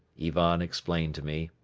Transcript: ivan explained to me,